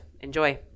Enjoy